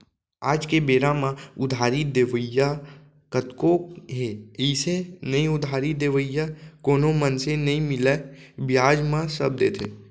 आज के बेरा म उधारी देवइया कतको हे अइसे नइ उधारी देवइया कोनो मनसे नइ मिलय बियाज म सब देथे